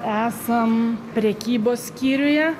esam prekybos skyriuje